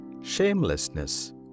shamelessness